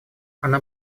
она